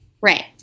Right